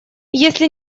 если